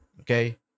Okay